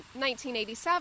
1987